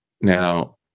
Now